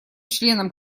членам